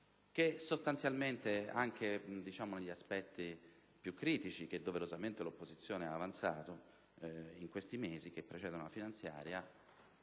sostanzialmente, anche negli aspetti più critici che doverosamente l'opposizione ha avanzato in questi mesi che precedono la finanziaria,